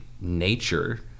nature